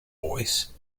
voice